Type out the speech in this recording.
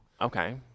Okay